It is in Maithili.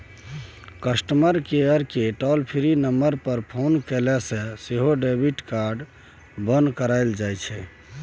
कस्टमर केयरकेँ टॉल फ्री नंबर पर फोन कए सेहो डेबिट कार्ड बन्न कराएल जाइ छै